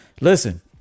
Listen